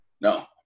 No